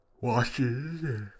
washes